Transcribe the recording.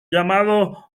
llamados